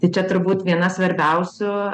tai čia turbūt viena svarbiausių